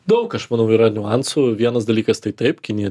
daug aš manau yra niuansų vienas dalykas tai taip kinija